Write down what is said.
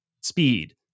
speed